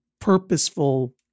purposeful